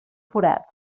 forats